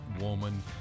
woman